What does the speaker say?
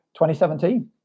2017